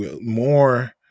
more